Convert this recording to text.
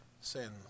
sins